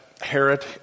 Herod